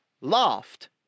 laughed